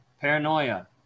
paranoia